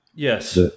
Yes